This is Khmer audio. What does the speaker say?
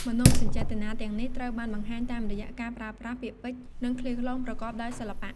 មនោសញ្ចេតនាទាំងនេះត្រូវបានបង្ហាញតាមរយៈការប្រើប្រាស់ពាក្យពេចន៍ និងឃ្លាឃ្លោងប្រកបដោយសិល្បៈ។